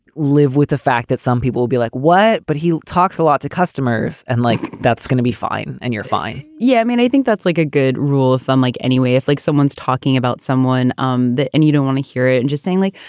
live with the fact that some people will be like, what? but he talks a lot to customers and like, that's gonna be fine and you're fine. yeah i mean, i think that's like a good rule of thumb. like, anyway, if like someone's talking about someone um that and you don't want to hear it and just saying like,